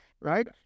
right